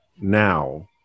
now